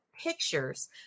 pictures